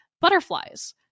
butterflies